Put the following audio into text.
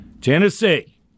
Tennessee